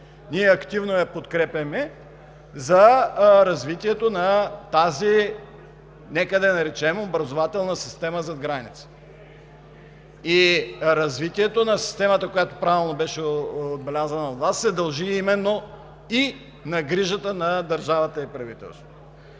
активно я подкрепяме за развитието на тази, нека да я наречем, образователна система зад граница. Развитието на системата, която правилно беше отбелязана от Вас, се дължи именно на грижата на държавата и правителството.